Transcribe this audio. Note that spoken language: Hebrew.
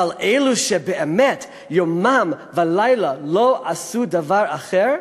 אבל אלו שבאמת יומם ולילה לא עשו דבר אחר,